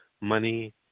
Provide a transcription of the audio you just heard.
money